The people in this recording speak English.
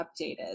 updated